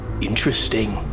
Interesting